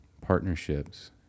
partnerships